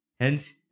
Hence